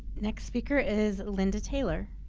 next speaker is linda taylor.